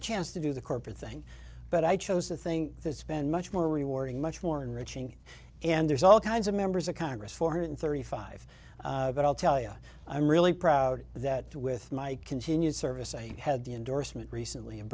a chance to do the corporate thing but i chose to think there's been much more rewarding much more in reaching and there's all kinds of members of congress four hundred thirty five but i'll tell you i'm really proud that with my continued service i had the endorsement recently